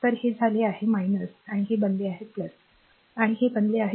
तर हे झाले आहे आणि हे बनले आहे आणि हे बनले आहे